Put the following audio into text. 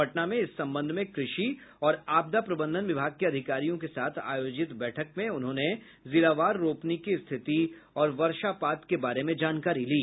पटना में इस संबंध में कृषि और आपदा प्रबंधन विभाग के अधिकारियों के साथ आयोजित बैठक में उन्होंने जिलावर रोपनी की स्थिति और वर्षापात के बारे में जानकारी ली